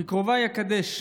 בקרוביי אקדש.